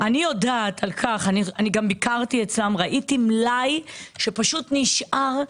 אני גם ביקרתי אצלם וראיתי מלאי שפשוט נשאר.